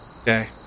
Okay